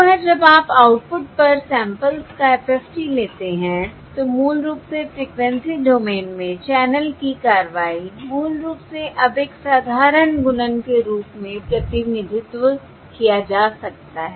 एक बार जब आप आउटपुट पर सैंपल्स का FFT लेते हैं तो मूल रूप से फ्रिकवेंसी डोमेन में चैनल की कार्रवाई मूल रूप से अब एक साधारण गुणन के रूप में प्रतिनिधित्व किया जा सकता है